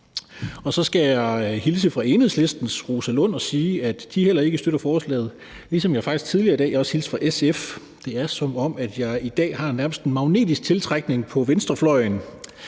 Og så skal jeg hilse fra Enhedslistens Rosa Lund og sige, at de heller ikke støtter forslaget, ligesom jeg faktisk tidligere i dag også hilste fra SF – det er, som om jeg i dag nærmest har en magnetisk tiltrækningskraft på venstrefløjen.